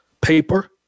paper